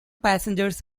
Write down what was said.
passengers